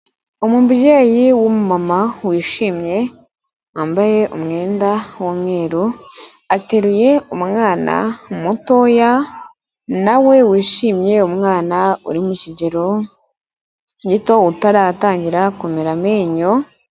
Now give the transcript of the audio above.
Umubyeyi w'umumama wishimye wambaye umwenda w'umweru, ateruye umwana mutoya nawe wishimye, umwana uri mu kigero gito utaratangira kumera amenyo.